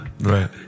Right